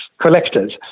collectors